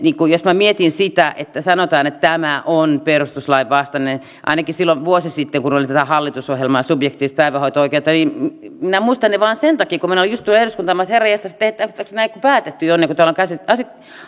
jos minä mietin sitä että sanotaan että tämä on perustuslain vastainen niin ainakin silloin vuosi sitten kun oli tämä hallitusohjelman subjektiivinen päivähoito oikeus minä muistan sen vain sen takia kun minä olin juuri tullut eduskuntaan minä olin että herranjestas onko nämä niin kuin päätetty jo ennen kuin täällä on